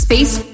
Space